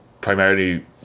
primarily